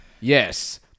yes